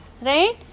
Right